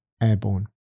airborne